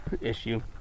issue